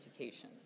education